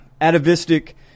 atavistic